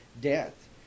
death